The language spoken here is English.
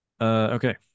Okay